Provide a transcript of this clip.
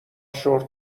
شرت